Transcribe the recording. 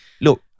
look